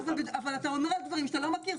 אבל אתה עונה לדברים שאתה לא מכיר,